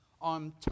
on